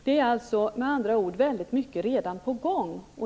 Det är alltså redan väldigt mycket på gång.